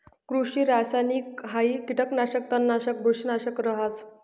कृषि रासायनिकहाई कीटकनाशक, तणनाशक, बुरशीनाशक रहास